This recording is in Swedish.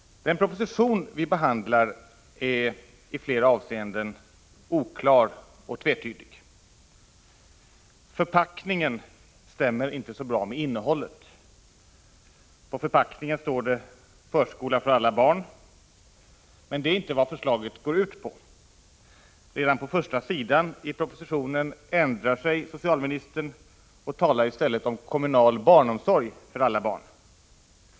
Den proposition som vi behandlar är i flera avseenden oklar och tvetydig. Förpackningen stämmer inte så bra med innehållet. På förpackningen står det: Förskola för alla barn. Men det är inte vad förslaget går ut på. Redan på första sidan i propositionen ändrar sig socialministern och talar i stället om kommunal barnomsorg för alla barn.